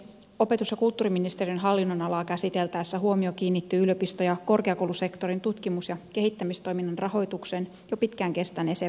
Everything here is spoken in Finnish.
opetus ja kulttuuriministeriön hallinnonalaa käsiteltäessä huomio kiinnittyy yliopisto ja korkeakoulusektorin tutkimus ja kehittämistoiminnan rahoituksen jo pitkään kestäneeseen vähenemiseen